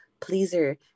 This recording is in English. pleaser